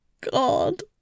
God